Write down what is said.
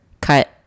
cut